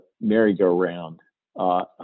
merry-go-round